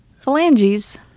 Phalanges